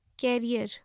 Career